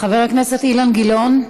חבר הכנסת אילן גילאון,